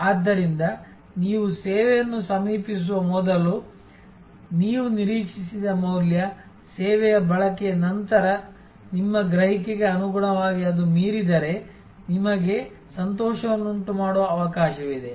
ಆದ್ದರಿಂದ ನೀವು ಸೇವೆಯನ್ನು ಸಮೀಪಿಸುವ ಮೊದಲು ನೀವು ನಿರೀಕ್ಷಿಸಿದ ಮೌಲ್ಯ ಸೇವೆಯ ಬಳಕೆಯ ನಂತರ ನಿಮ್ಮ ಗ್ರಹಿಕೆಗೆ ಅನುಗುಣವಾಗಿ ಅದು ಮೀರಿದರೆ ನಿಮಗೆ ಸಂತೋಷವನ್ನುಂಟುಮಾಡುವ ಅವಕಾಶವಿದೆ